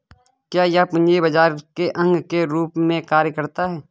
क्या यह पूंजी बाजार के अंग के रूप में कार्य करता है?